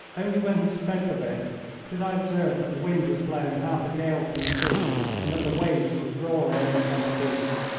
only when he spoke of it did i observe that the wind was blowing half a gale from the sea and that the waves were roaring in upon the beach.